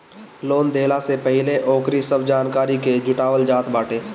loan देहला से पहिले ओकरी सब जानकारी के जुटावल जात बाटे